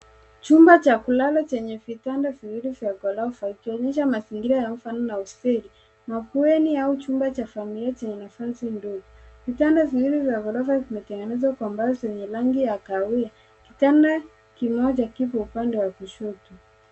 Chumba cha kulala chenye vitanda viwili vya ghorofa ikionyesha mazingira ya ufalme wa hosteli ,mabweni au chumba cha familia chenye nafasi ndogo . Vitanda viwili vya ghorofa vimetengenezwa kwa mbao zenye rangi ya kahawia, kitanda kimoja kiko upande wa kushoto.